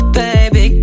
baby